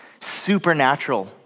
supernatural